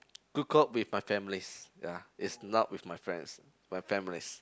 kukup with my families ya is not with my friends my families